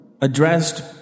addressed